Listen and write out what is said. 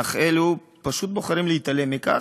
אך הם פשוט בוחרים להתעלם מכך.